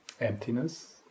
Emptiness